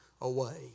away